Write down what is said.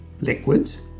liquids